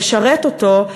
לשרת אותו,